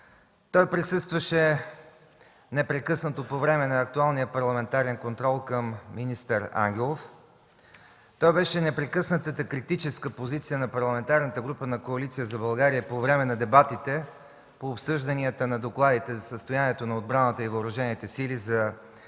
Той присъстваше непрекъснато по време на актуалния парламентарен контрол към министър Ангелов, той беше непрекъснатата критическа позиция на Парламентарната група на „Коалиция за България” по време на дебатите по обсъжданията на докладите за състоянието на страната и въоръжените сили за 2010,